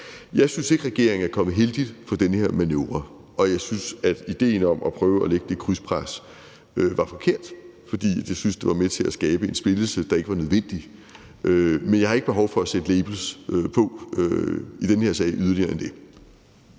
Jeg synes ikke, regeringen er kommet heldigt fra den her manøvre, og jeg synes, at idéen om at prøve at lægge det krydspres var forkert, for jeg synes, det var med til at skabe en splittelse, der ikke var nødvendig. Men jeg har ikke yderligere behov for at sætte labels på i den her sag. Kl.